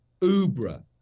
uber